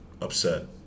upset